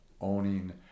owning